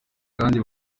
kandi